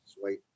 Sweet